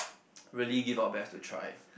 really give our best to try